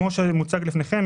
כמו שמוצג לפניכם,